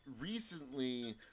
recently